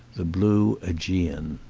the blue iegean.